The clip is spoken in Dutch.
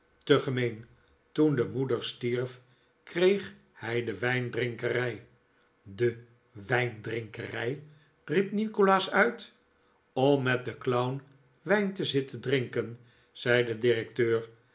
te gemeen toen de moeder stierf kreeg hij de wijndrinkerij de wijndrinkerij riep nikolaas uit om met den clown wijn te zitten drinken zei de directeur